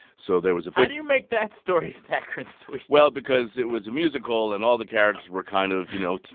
so there was a big. how do you make that story saccharin sweet? well, because it was a musical, and all the characters were kind of, you know,